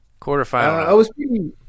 Quarterfinal